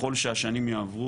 ככול שהשנים יעברו,